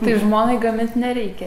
tai žmonai gamint nereikia